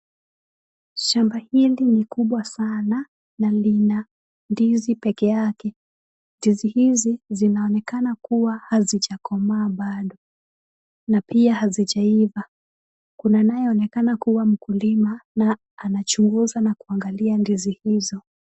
Shamba huu hili ni kubwa sana, na lina ndizi pekeyake. Ndizi hizi zinaonekana kuwa halijakomaa bado. Na pia hazijaiva. Kuna anayeonekana kuwa mkulima. Na anachunguza na kuangalia ndizi hizo.